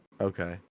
Okay